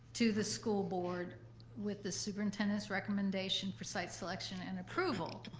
to the school board with the superintendent's recommendation for site selection and approval,